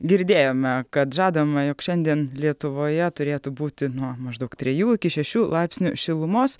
girdėjome kad žadama jog šiandien lietuvoje turėtų būti nuo maždaug trejų iki šešių laipsnių šilumos